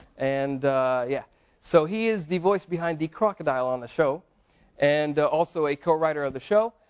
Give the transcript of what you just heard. and yeah so he is the voice behind the crocodile on the show and also a co-writer of the show,